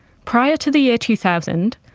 prior to the year two thousand,